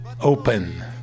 open